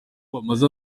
bamaze